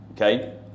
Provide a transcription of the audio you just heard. Okay